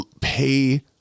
pay